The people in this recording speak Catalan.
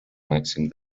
màxim